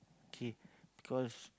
K because